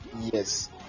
yes